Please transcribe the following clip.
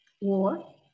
war